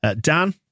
Dan